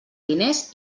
diners